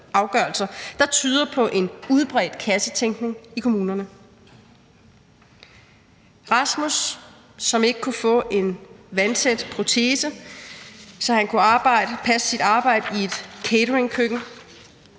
der tyder på en udbredt kassetænkning i kommunerne. Rasmus, som ikke kunne få en vandtæt protese, så han kunne passe sit arbejde i et cateringkøkken,